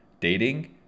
dating